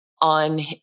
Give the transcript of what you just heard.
on